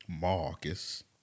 Marcus